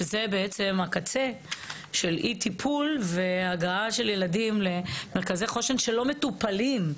שזה בעצם הקצה של אי טיפול והגעה של ילדים למרכזי חוסן שלא מטופלים,